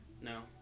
No